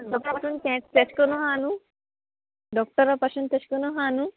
doctor पासून तेश कोन आहा न्हू डॉक्टरा पासून तेश कोनू आहा न्हू